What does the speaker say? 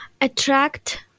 attract